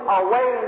away